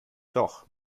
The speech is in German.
doch